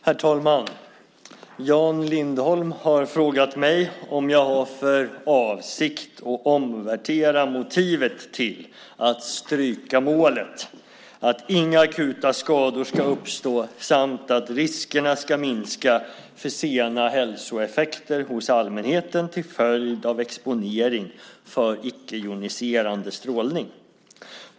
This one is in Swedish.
Herr talman! Jan Lindholm har frågat mig om jag har för avsikt att omvärdera motivet till att stryka målet att inga akuta skador ska uppstå samt att riskerna ska minska för sena hälsoeffekter hos allmänheten till följd av exponering för icke-joniserande strålning.